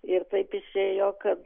ir taip išėjo kad